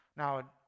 Now